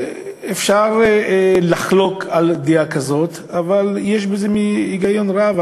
אפשר לחלוק על דעה כזאת, אבל יש בזה היגיון רב.